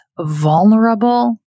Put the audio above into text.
vulnerable